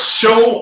show